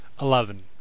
Eleven